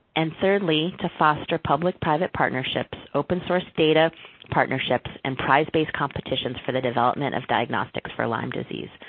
and thirdly, to foster public private partnerships, open source data partnerships, and prized-based competitions for the development of diagnostics for lyme disease.